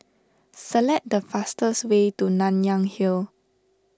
select the fastest way to Nanyang Hill